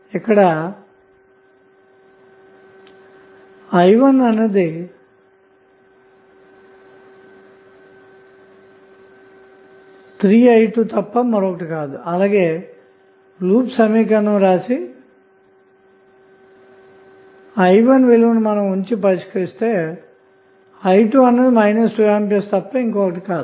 ఇక్కడ i 1అన్నది 3i2 తప్ప మరేమీ కాదు అలాగే లూప్ సమీకరణం వ్రాసి i 1విలువ ను ఉంచి పరిష్కరిస్తే i 2అన్నది 2A తప్ప మరొకటి కాదు